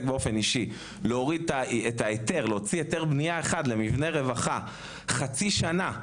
בלהוציא היתר בנייה אחד למבנה רווחה חצי שנה,